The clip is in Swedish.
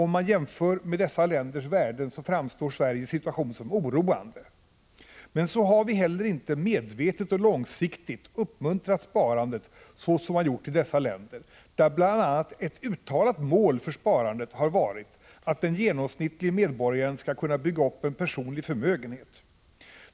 Om man jämför med dessa länders värden framstår Sveriges situation som oroande. Men så har vi heller inte medvetet och långsiktigt uppmuntrat sparandet så som man gjort i dessa länder, där bl.a. ett uttalat mål för sparandet har varit att den genomsnittlige medborgaren skall kunna bygga upp en personlig förmögenhet.